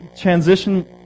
transition